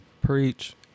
preach